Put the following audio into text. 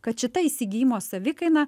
kad šita įsigijimo savikaina